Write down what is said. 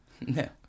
No